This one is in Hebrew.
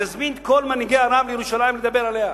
נזמין את כל מנהיגי ערב לירושלים לדבר עליה.